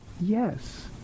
Yes